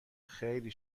خیلی